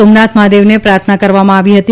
સોમનાથ મહાદેવને પ્રાર્થના કરવામાં આવી હતી